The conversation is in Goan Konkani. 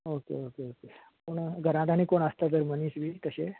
ओके ओके ओके पूण घरांत आनी कोण आसता तर मनीस बीन तशे